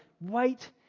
wait